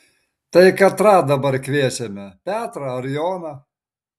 tai katrą dabar kviečiame petrą ar joną